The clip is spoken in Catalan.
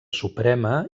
suprema